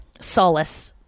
solace